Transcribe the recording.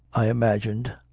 i imagined,